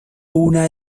una